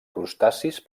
crustacis